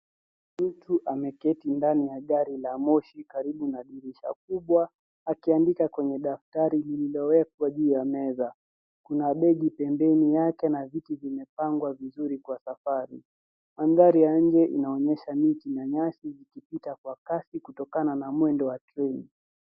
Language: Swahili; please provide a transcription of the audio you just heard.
Mtu ameketi ndani ya gari la moshi karibu na dirisha kubwa akiandika kwenye daftari lililowekwa juu ya meza. Kuna begi pembeni yake na vitu vimepangwa vizuri kwa safari. Mandhari ya nje inaonyesha miti na nyasi ikipita kwa kasi kutokana na mwendo wa treni.